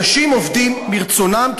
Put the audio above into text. אנשים עובדים מרצונם,